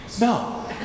No